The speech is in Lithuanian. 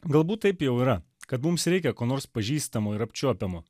galbūt taip jau yra kad mums reikia ko nors pažįstamo ir apčiuopiamo